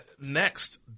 Next